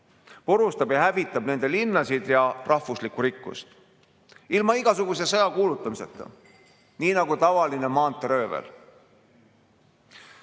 purustab ja hävitab nende linnasid ja rahvuslikku rikkust, ilma igasuguse sõjakuulutamiseta, nii nagu tavaline maanteeröövel. Ukraina